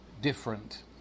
different